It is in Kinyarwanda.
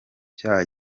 cyaha